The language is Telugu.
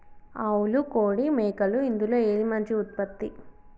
ఆవులు కోడి మేకలు ఇందులో ఏది మంచి ఉత్పత్తి?